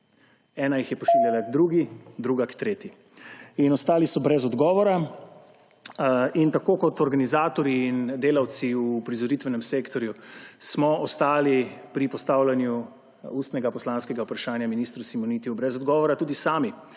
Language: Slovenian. Ena jih je pošiljala k drugi, druga k tretji – in ostali so brez odgovora. Tako kot organizatorji in delavci v uprizoritvenem sektorju smo ostali pri postavljanju ustnega poslanskega vprašanja ministru Simonitiju brez odgovora tudi sami